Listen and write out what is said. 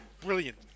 brilliant